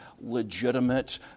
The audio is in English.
legitimate